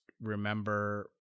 remember